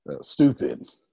stupid